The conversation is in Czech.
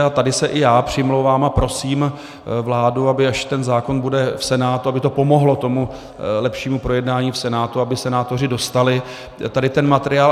A tady se i já přimlouvám a prosím vládu, aby až ten zákon bude v Senátu, aby to pomohlo lepšímu projednání v Senátu, aby senátoři dostali tady ten materiál.